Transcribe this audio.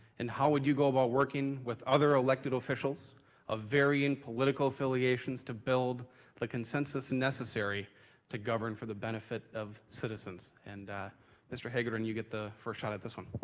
and how would you go about working with other elected officials of varying political affiliations to build the consensus necessary to govern for the benefit of citizens? and mr. hagedorn, you get the first shot at this one.